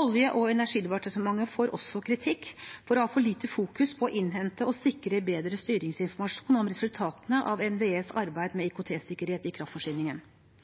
Olje- og energidepartementet får også kritikk for å ha for lite fokus på å innhente og sikre bedre styringsinformasjon om resultatene av NVEs arbeid med IKT-sikkerhet i kraftforsyningen.